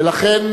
ולכן,